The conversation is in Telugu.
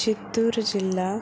చిత్తూరు జిల్లా